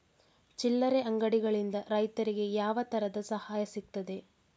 ಚಿಲ್ಲರೆ ಅಂಗಡಿಗಳಿಂದ ರೈತರಿಗೆ ಯಾವ ತರದ ಸಹಾಯ ಸಿಗ್ತದೆ?